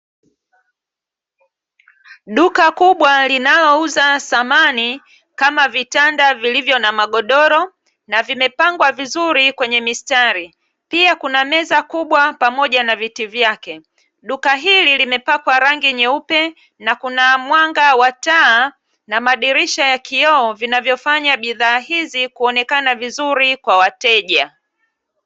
Duka kubwa linalouza samani kama vitanda vilivyo na magodoro, na vimepangwa vizuri kwenye mistari, pia kuna meza kubwa pamoja na viti vyake. Duka hili limepakwa rangi nyeupe na kuna mwanga wa taa na madirisha ya kioo vinavyofanya bidhaa hizi kuonekana vizuri kwa wateja.